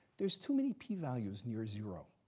there's too many p-values near zero.